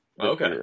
Okay